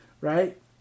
Right